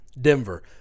Denver